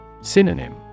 Synonym